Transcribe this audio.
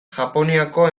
japoniako